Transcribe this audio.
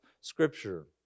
Scripture